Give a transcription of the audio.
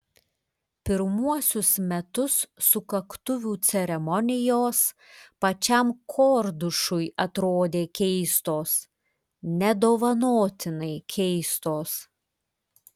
pirmuosius metus sukaktuvių ceremonijos pačiam kordušui atrodė keistos nedovanotinai keistos